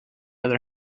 other